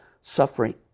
suffering